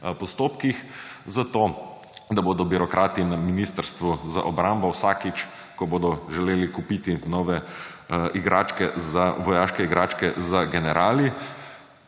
postopkih, zato da bodo birokrati na Ministrstvu za obrambo vsakič, ko bodo želeli kupiti nove vojaške igračke za generale,